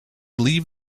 leave